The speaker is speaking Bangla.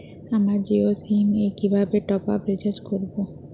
আমার জিও সিম এ কিভাবে টপ আপ রিচার্জ করবো?